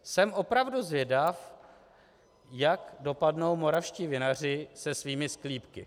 Jsem opravdu zvědav, jak dopadnou moravští vinaři se svými sklípky.